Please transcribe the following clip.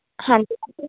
ਹਾਂਜੀ